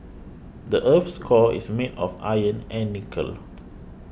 the earth's core is made of iron and nickel